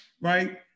right